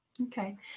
Okay